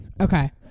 Okay